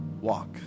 walk